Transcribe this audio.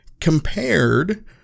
compared